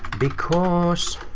because